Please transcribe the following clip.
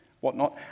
whatnot